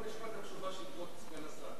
בוא נשמע קודם את התשובה של סגן השר.